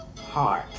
heart